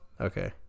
Okay